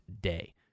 day